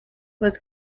was